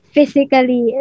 Physically